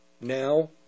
now